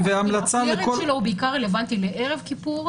הוא בעיקר רלוונטי לערב כיפור,